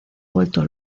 vuelto